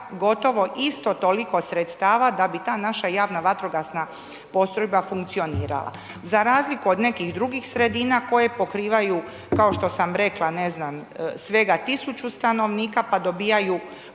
gotovo isto toliko sredstava da bi ta naša javna vatrogasna postrojba funkcionirala. Za razliku od nekih drugih sredina koje pokrivaju, kao što sam rekla, ne znam svega tisuću stanovnika pa dobivaju